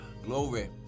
glory